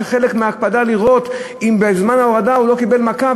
חלק מההקפדה לראות אם בזמן ההורדה הוא לא קיבל מכה,